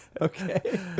Okay